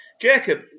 Jacob